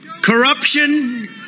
corruption